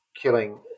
killing